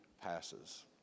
passes